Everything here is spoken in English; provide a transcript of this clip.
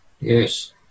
Yes